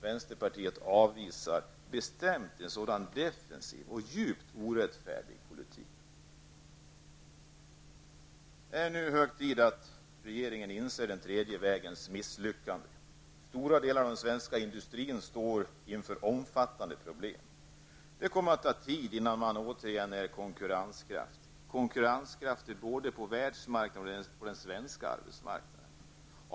Vänsterpartiet avvisar bestämt en sådan defensiv och djupt orättfärdig politik. Det är nu hög tid att regeringen inser den tredje vägens misslyckande. Stora delar av den svenska industrin står inför omfattande problem. Det kommer att ta tid innan man återigen är konkurrenskraftig -- konkurrenskraftig både på världsmarknaden och på den svenska arbetsmarknaden.